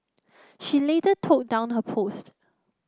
she later took down her post